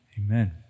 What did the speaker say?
Amen